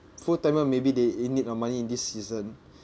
full-timer maybe they're in need of money in this season